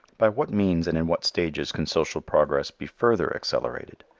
by what means and in what stages can social progress be further accelerated?